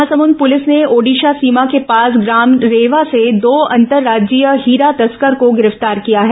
Mahasamund police ने ओडिशा सीमा के पास ग्राम रेवा से दो अंतर्राज्यीय हीरा तस्कर को गिरफ्तार किया है